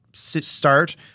start